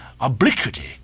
obliquity